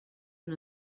una